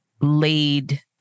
laid